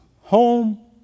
home